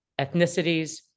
ethnicities